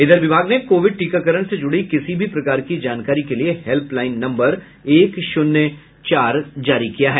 इधर विभाग ने कोविड टीकाकरण से जुड़ी किसी भी प्रकार की जानकारी के लिए हेल्प लाईन नम्बर एक शून्य चार जारी किया है